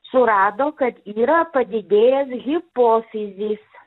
surado kad yra padidėjęs hipofizis